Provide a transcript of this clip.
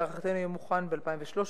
להערכתנו, יהיה מוכן ב-2013,